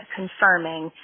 confirming